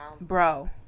Bro